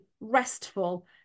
restful